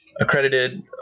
Accredited